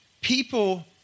people